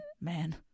man